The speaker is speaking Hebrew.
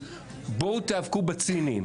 בואו תאבקו בציניים,